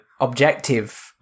objective